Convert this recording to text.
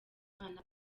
imana